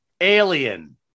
alien